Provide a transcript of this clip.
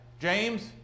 James